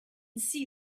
see